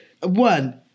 One